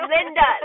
Linda